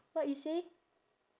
what you say